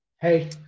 Hey